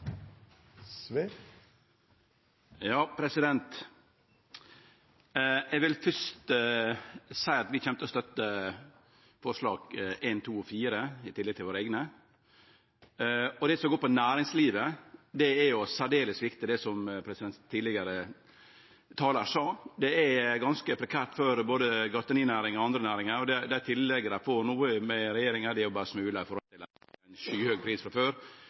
Eg vil fyrst seie at vi kjem til å støtte forslag nr. 1, nr. 2 og nr. 4, i tillegg til våre eigne. Til det som gjeld næringslivet: Det er særdeles viktig, det som den førre talaren sa, at dette er ganske prekært for både gartnerinæringa og andre næringar. Det tillegget dei får no frå regjeringa, er berre smular med tanke på at det er ein skyhøg pris frå før,